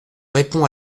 répond